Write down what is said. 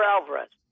Alvarez